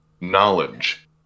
knowledge